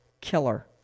killer